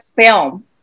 film